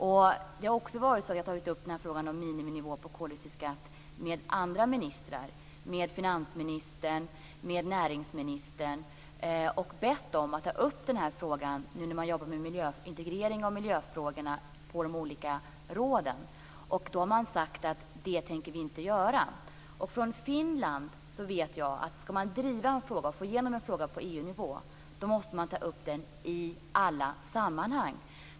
Jag har tagit upp frågan om en miniminivå på koldioxidskatt också med finansministern och med näringsministern och bett dem ta upp frågan i samband med att man nu jobbar med integrering av miljöfrågorna på de olika rådsmötena. Det tänker vi inte göra, har man då sagt. Men från Finland vet jag att för att driva och få igenom en fråga på EU-nivå måste man ta upp den i alla sammanhang.